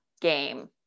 game